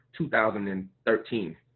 2013